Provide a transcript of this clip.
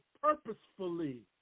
purposefully